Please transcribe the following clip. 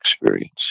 experience